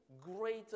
greater